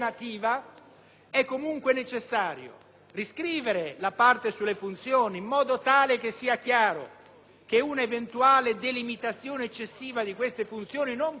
è comunque necessario riscrivere la parte sulle funzioni, in modo tale che sia chiaro che un'eventuale delimitazione eccessiva di tali funzioni non pregiudica